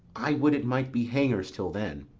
i would it might be hangers till then.